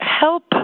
help